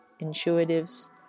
intuitives